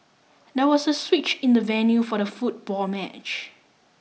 there was a switch in the venue for the football match